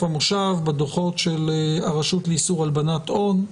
המושב בדוחות של הרשות לאיסור הלבנת הון,